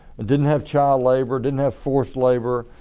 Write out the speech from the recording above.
and didn't have child labor, didn't have forced labor,